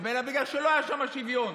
אלא בגלל שלא היה שם שוויון.